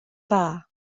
dda